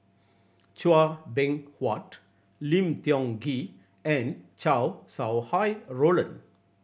Chua Beng Huat Lim Tiong Ghee and Chow Sau Hai Roland